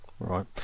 Right